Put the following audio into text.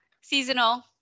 seasonal